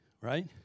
right